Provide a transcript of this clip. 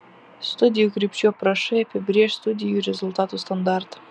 studijų krypčių aprašai apibrėš studijų rezultatų standartą